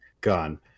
gone